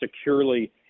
securely